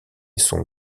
son